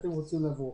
שאתם רוצים לאשר.